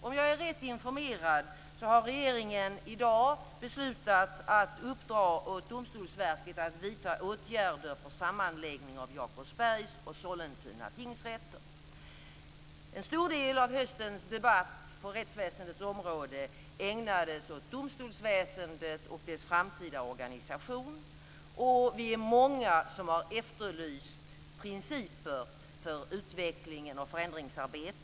Om jag är rätt informerad har regeringen i dag beslutat att uppdra åt Domstolsverket att vidta åtgärder för sammanläggning av Jakobsbergs och Sollentuna tingsrätter. En stor del av höstens debatt på rättsväsendets område ägnades åt domstolsväsendet och dess framtida organisation. Vi är många som har efterlyst principer för utvecklingen och förändringsarbetet.